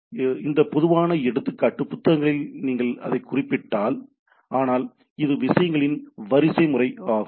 எனவே இந்த பொதுவான எடுத்துக்காட்டு குறிப்பு நேரம் 0534 புத்தகங்களிலிருந்து நீங்கள் அதைக் குறிப்பிடலாம் ஆனால் இது விஷயங்களின் வரிசைமுறை ஆகும்